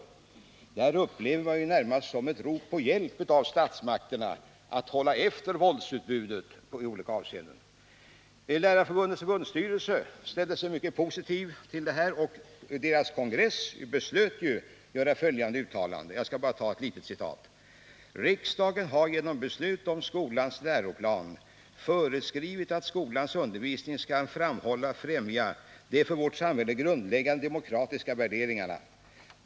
Det här upplever man närmast som ett rop på hjälp av statsmakterna att hålla efter våldsutbudet i olika avseenden. Lärarförbundets förbundsstyrelse ställde sig mycket positiv till detta, och kongressen beslöt att göra följande uttalande — jag anför bara ett kort citat: ”Riksdagen har genom beslut om skolans läroplan föreskrivit att skolans undervisning skall framhålla och främja de för vårt samhälle grundläggande demokratiska värderingarna.